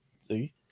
see